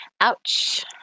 Ouch